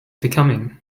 becoming